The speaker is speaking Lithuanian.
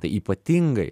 tai ypatingai